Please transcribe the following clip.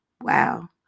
wow